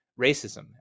racism